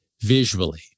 visually